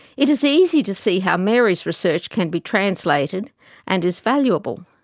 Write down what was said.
it is easy to see how mary's research can be translated and is valuable.